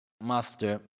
master